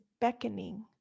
beckoning